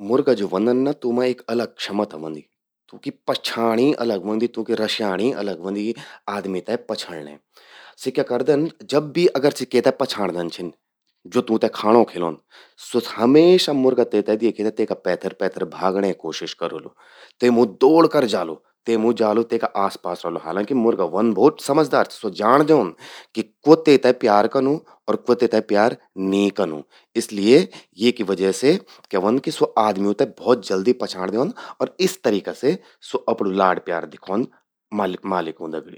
मुर्गा ज्वो ह्वोंदन ना, तूंमा एक अलग क्षमता ह्वोंदि। तूंकि पछांण ही अलग ह्वोंदि, तूंकि रस्यांण ही अलग ह्वोंदि आदमी ते पछण्णैं। सि क्या करदन, जब भी सि केते पछांणदन छिन, ज्वो तूंते खांणों खिलौंद। हमेशा मुर्गा तेते द्येखि ते तेका पैथर भागणें कोशिश करोलु। तेमूं दौड़कर जालु, तेमू जालू अर तेका आस-पास रौलू। हालांकि, मुर्गा भौत समझदार ह्वोंद। स्वो जाण द्योंद कि क्वो तेते प्यार कनू अर क्वो नीं कनूं। इसलिए, ये तरीका से स्वो आदम्यूं ते पछांण द्योंद अर इस तरीका से स्वो अपणूं लाड प्यार दिखौंद मालिकूं दगड़ि।